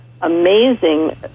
amazing